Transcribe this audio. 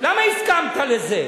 למה הסכמת לזה?